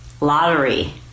lottery